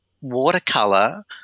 watercolor